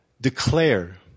Declare